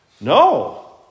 No